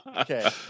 Okay